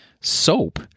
soap